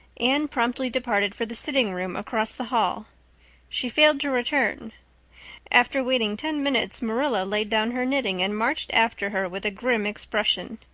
anne promptly departed for the sitting-room across the hall she failed to return after waiting ten minutes marilla laid down her knitting and marched after her with a grim expression.